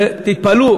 ותתפלאו,